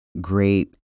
great